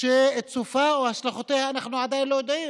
שאת סופה או השלכותיה אנחנו עדיין לא יודעים.